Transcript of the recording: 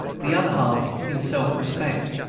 the other half in self-respect.